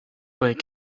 week